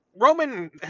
Roman